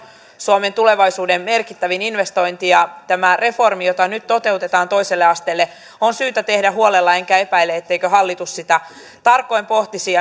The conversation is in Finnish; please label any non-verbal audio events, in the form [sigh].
suomen tulevaisuuden merkittävin investointi tämä reformi jota nyt toteutetaan toiselle asteelle on syytä tehdä huolella enkä epäile etteikö hallitus sitä tarkoin pohtisi [unintelligible]